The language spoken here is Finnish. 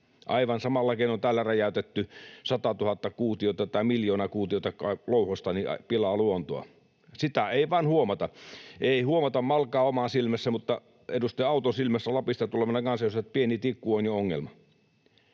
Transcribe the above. Aivan samalla keinoin täällä räjäytetty satatuhatta kuutiota tai miljoonaa kuutiota louhosta pilaa luontoa. Sitä ei vain huomata, ei huomata malkaa omassa silmässä, mutta edustaja Auton silmässä, Lapista tulevana kansanedustajana, pieni tikku on jo ongelma.